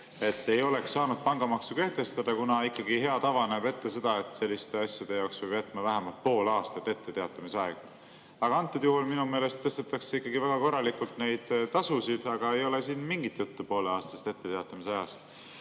et ei oleks saanud pangamaksu kehtestada, kuna ikkagi hea tava näeb ette seda, et selliste asjade jaoks peab jätma vähemalt pool aastat etteteatamisaega. Antud juhul minu meelest tõstetakse neid tasusid ikkagi väga korralikult, aga ei ole siin mingit juttu pooleaastasest etteteatamisajast. Aga